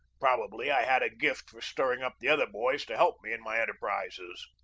probably i had a gift for stir ring up the other boys to help me in my enterprises.